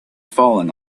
falling